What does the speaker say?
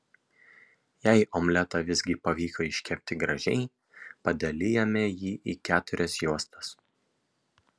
jei omletą visgi pavyko iškepti gražiai padalijame jį į keturias juostas